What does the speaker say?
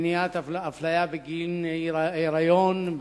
מניעת אפליה בגין היריון,